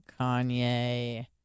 Kanye